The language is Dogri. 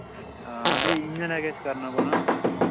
हां फ्ही इयां नेहा किश करने पौना